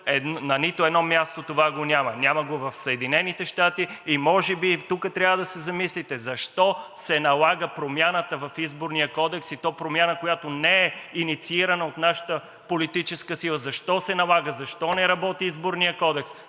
На нито едно място това го няма. Няма го в Съединените щати. И може би тук трябва да се замислите: защо се налага промяната в Изборния кодекс, и то промяна, която не е инициирана от нашата политическа сила? Защо се налага, защо не работи Изборният кодекс?